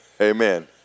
Amen